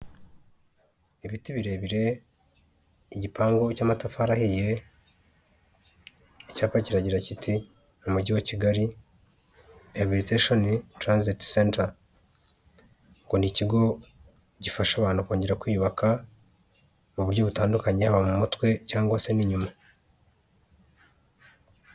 Ibiti birebire, igipangu cy'amatafari ahiye, icyapa kiragira kiti "umujyi wa Kigali, Rehabilitation Transit Center" ngo ni ikigo gifasha abantu kongera kwiyubaka mu buryo butandukanye, haba mu mutwe cyangwa se n'inyuma.